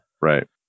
right